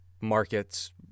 markets